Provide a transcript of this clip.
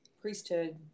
priesthood